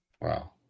Wow